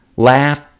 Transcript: Laugh